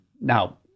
Now